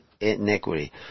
iniquity